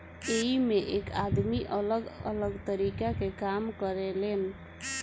एइमें एक आदमी अलग अलग तरीका के काम करें लेन